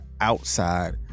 outside